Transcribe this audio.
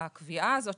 הקביעה הזאת,